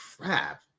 crap